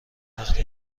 وقتی